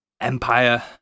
Empire